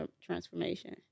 transformation